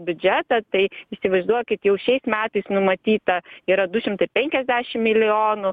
biudžetą tai įsivaizduokit jau šiais metais numatyta yra du šimtai penkiasdešim milijonų